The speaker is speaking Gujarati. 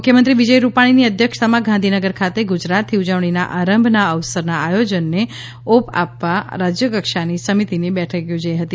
મુખ્યમંત્રી વિજય રૂપાણીની અધ્યક્ષતામાં ગાંધીનગર ખાતે ગુજરાતથી ઉજવણીના આરંભના અવસરના આયોજનને ઓપ આપવા રાજ્યકક્ષાની સમિતિની બેઠક યોજાઈ હતી